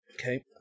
Okay